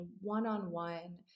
one-on-one